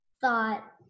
thought